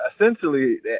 essentially